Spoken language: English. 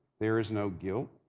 there is no guilt,